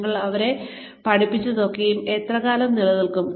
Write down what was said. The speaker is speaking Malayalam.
നിങ്ങൾ അവരെ പഠിപ്പിച്ചതൊക്കെയും എത്രകാലം നിലനിൽക്കും